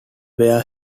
where